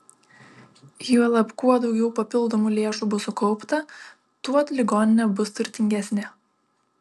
juolab kuo daugiau papildomų lėšų bus sukaupta tuo ligoninė bus turtingesnė